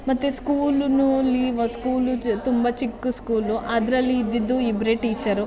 ಮತ್ತು ಸ್ಕೂಲುನುಲೀವ ಸ್ಕೂಲು ತುಂಬ ಚಿಕ್ಕ ಸ್ಕೂಲು ಅದರಲ್ಲಿ ಇದ್ದಿದ್ದು ಇಬ್ಬರೇ ಟೀಚರು